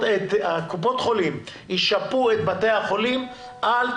אמרנו שקופות החולים ישפו את בתי החולים עד